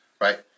right